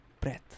breath